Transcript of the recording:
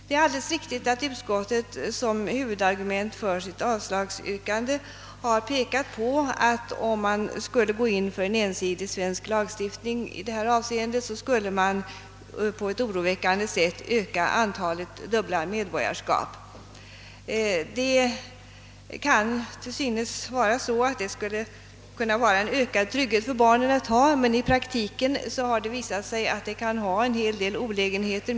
Det är alldeles riktigt att utskottet som huvudargument för sitt avslagsyrkande har pekat på att antalet dubbla medborgarskap på ett oroväckande sätt skulle ökas, om man skulle gå in för en ensidig svensk lagstiftning i detta avseende. Det kan förefalla vara en ökad trygghet för barnen att ha dubbelt medborgarskap, men i praktiken har det visat sig att detta kan medföra en hel del olägenheter.